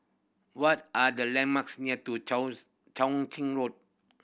what are the landmarks near to Chao Ching Road